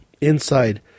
inside